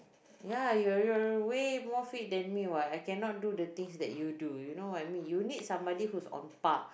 ya your your your way more fit than me what I cannot do the things that you do you know what I mean you need somebody who is on part